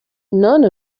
none